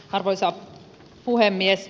arvoisa puhemies